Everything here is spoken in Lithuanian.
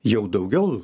jau daugiau